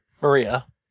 Maria